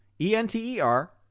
E-N-T-E-R